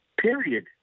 Period